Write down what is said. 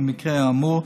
במקרה האמור,